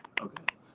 Okay